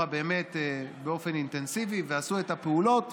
באמת באופן אינטנסיבי ועשו את הפעולות,